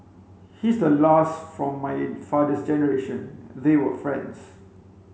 he's the last from my father's generation they were friends